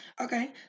Okay